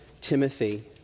Timothy